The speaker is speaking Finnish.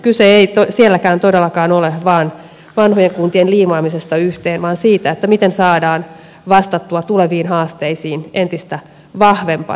kyse ei sielläkään todellakaan ole vain vanhojen kuntien liimaamisesta yhteen vaan siitä miten saadaan vastattua tuleviin haasteisiin entistä vahvempana kuntana